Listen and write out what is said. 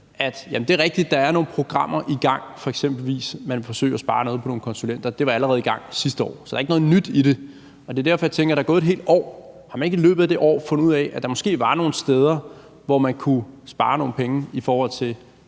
Det er rigtigt, at der er nogle programmer i gang, eksempelvis vil man forsøge at spare noget på nogle konsulenter – det var allerede i gang sidste år, så der er ikke noget nyt i det. Det er derfor, jeg tænker: Der er gået et helt år, og har man ikke i løbet af det år fundet ud af, at der måske var nogle steder, hvor man kunne spare nogle penge, i forhold til